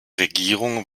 regierung